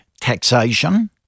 taxation